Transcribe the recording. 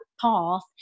path